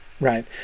Right